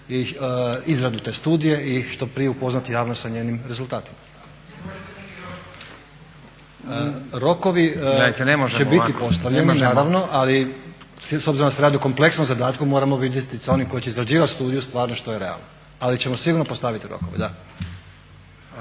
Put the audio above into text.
Gledajte, ne možemo ovako. **Klisović, Joško** Rokovi će biti postavljeni naravno, ali s obzirom da se radi o kompleksnom zadatku moramo vidjeti sa onim tko će izrađivati studiju stvarno što je realno. Ali ćemo sigurno postaviti rokove, da.